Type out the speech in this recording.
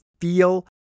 feel